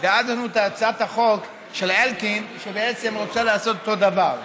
ואז יש לנו את הצעת החוק של אלקין שבעצם רוצה לעשות אותו דבר.